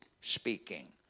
speaking